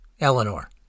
Eleanor